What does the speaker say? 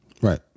Right